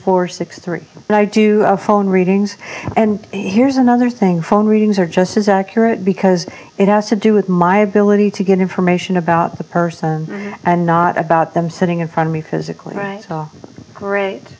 four six three and i do a phone readings and here's another thing for readings are just as accurate because it has to do with my ability to get information about the person and not about them sitting in front of me physically right great